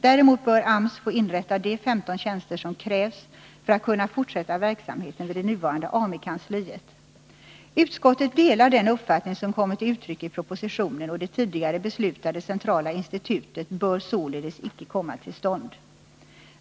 Däremot bör AMS få inrätta de 15 tjänster som krävs för att kunna fortsätta verksamheten vid det nuvarande Ami-kansliet. Utskottet delar den uppfattning som kommer till uttryck i propositionen, och det tidigare beslutade centrala institutet bör således icke komma till stånd.